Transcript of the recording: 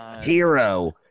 Hero